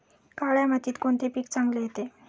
काळ्या मातीत कोणते पीक चांगले येते?